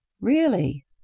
Really